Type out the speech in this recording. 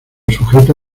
sujeta